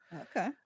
Okay